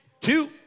Two